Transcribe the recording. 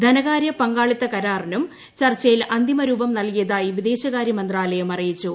ധനകാരൃ പങ്കാളിത്ത കരാറിനും ചർച്ചയിൽ അന്തിമ രൂപം നൽകിയതായി വിദേശകാരൃ മന്ത്രാലയം അറിയിച്ചു